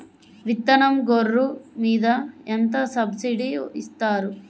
విత్తనం గొర్రు మీద ఎంత సబ్సిడీ ఇస్తారు?